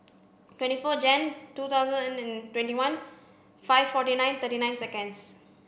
twenty four Jan two thousand and twenty one five forty nine thirty nine seconds